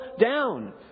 down